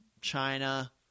China